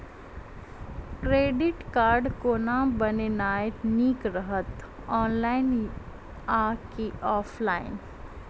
Credit card कोना बनेनाय नीक रहत? ऑनलाइन आ की ऑफलाइन?